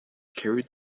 carried